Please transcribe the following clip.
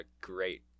great